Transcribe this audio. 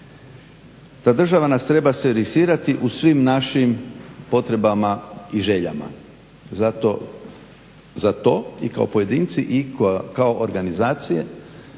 Ta država nas treba servisirati u svim našim potrebama i željama. Za to i kao pojedinci i kao organizacije